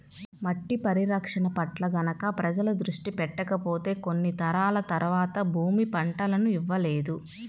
మట్టి పరిరక్షణ పట్ల గనక ప్రజలు దృష్టి పెట్టకపోతే కొన్ని తరాల తర్వాత భూమి పంటలను ఇవ్వలేదు